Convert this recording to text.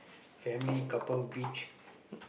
family couple beach